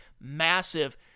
massive